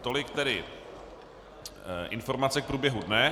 Tolik tedy informace k průběhu dne.